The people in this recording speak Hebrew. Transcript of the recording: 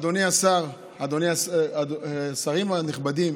השרים הנכבדים,